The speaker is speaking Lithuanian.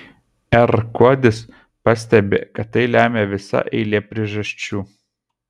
r kuodis pastebi kad tai lemia visa eilė priežasčių